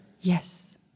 yes